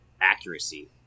Accuracy